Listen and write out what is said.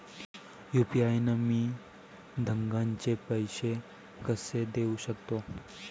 UPI न मी धंद्याचे पैसे कसे देऊ सकतो?